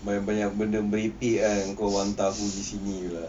banyak banyak benda merepek kan kau hantar aku pergi sini pula